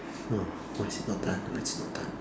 oh why is it not done why is it not done